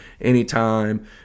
anytime